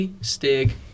Stig